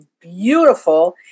beautiful